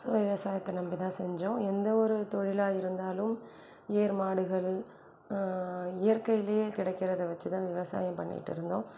so விவசாயத்தை நம்பி தான் செஞ்சோம் எந்த ஒரு தொழிலாக இருந்தாலும் ஏர்மாடுகள் இயற்கையிலேயே கிடைக்குறத வச்சுதான் விவசாயம் பண்ணிகிட்டு இருந்தோம்